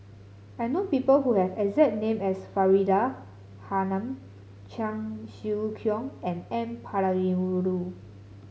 I know people who have the exact name as Faridah Hanum Cheong Siew Keong and N Palanivelu